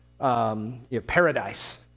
paradise